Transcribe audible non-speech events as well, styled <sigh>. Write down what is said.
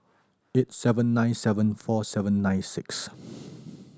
eight seven nine seven four seven nine six <noise>